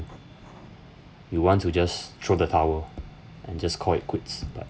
you want to just throw the towel and just call it quits but